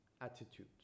attitude